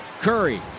Curry